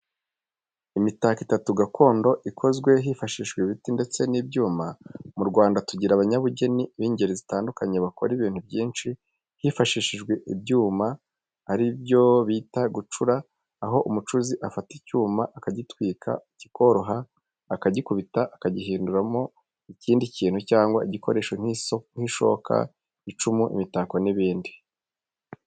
Imitako itatu gakondo ikozwe hifashishijwe ibiti ndetse n'ibyuma. Mu Rwanda tugira abanyabugeni b'ingeri zitandukanye bakora ibintu byinshi bifashishije icyuma ari byo bita gucura, aho umucuzi afata icyuma akagitwika kikoroha, akagikubita akagihinduramo ikindi kintu cyangwa igikoresho nk'ishoka, icumu, imitako n'ibindi.